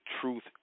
Truth